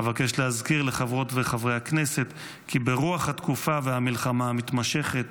אבקש להזכיר לחברות וחברי הכנסת כי ברוח התקופה והמלחמה המתמשכת,